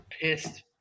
pissed